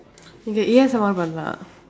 okay yes I want